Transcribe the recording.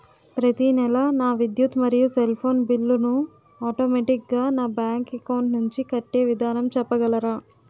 ప్రతి నెల నా విద్యుత్ మరియు సెల్ ఫోన్ బిల్లు ను ఆటోమేటిక్ గా నా బ్యాంక్ అకౌంట్ నుంచి కట్టే విధానం చెప్పగలరా?